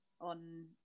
on